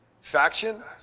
faction